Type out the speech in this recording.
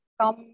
come